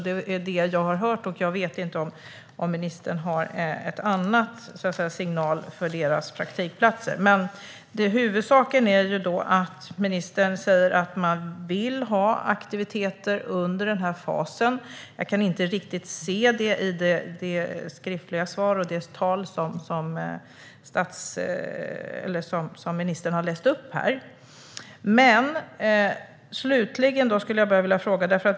Det är vad jag har hört, och jag vet inte om ministern har fått andra signaler om dessa praktikplatser. Huvudsaken är att ministern säger att man vill ha aktiviteter under denna fas. Jag kan inte riktigt se det i ministerns svar. Slutligen har jag en fråga.